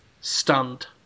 stunned